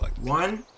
one